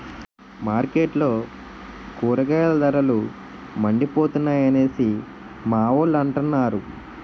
మార్కెట్లో కూరగాయల ధరలు మండిపోతున్నాయి అనేసి మావోలు అంతన్నారు